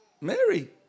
Mary